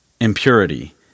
impurity